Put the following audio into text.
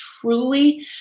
truly